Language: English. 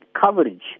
coverage